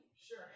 Sure